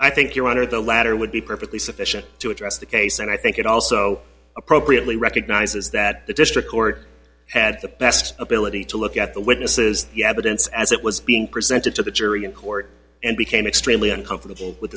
i think your honor the latter would be perfectly sufficient to address the case and i think it also appropriately recognizes that the district court had the best ability to look at the witnesses yeah the dense as it was being presented to the jury in court and became extremely uncomfortable with